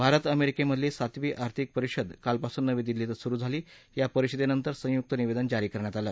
भारत अमेरिकेमधील सातवी आर्थिक परिषद कालपासून नवी दिल्ली ध्वे सुरू झाली या परिषदेनंतर संयुक्त निवेदन जारी करण्यात आलं